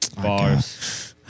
Bars